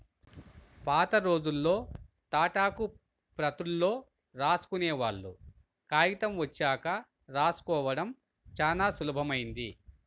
పాతరోజుల్లో తాటాకు ప్రతుల్లో రాసుకునేవాళ్ళు, కాగితం వచ్చాక రాసుకోడం చానా సులభమైంది